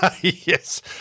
Yes